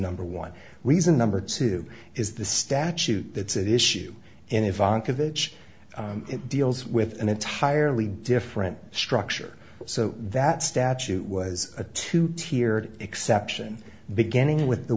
number one reason number two is the statute that's at issue in yvonne it deals with an entirely different structure so that statute was a two tiered exception beginning with the